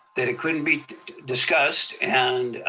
that it couldn't be discussed. and